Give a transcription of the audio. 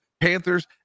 Panthers